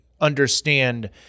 understand